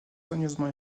soigneusement